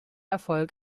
erfolg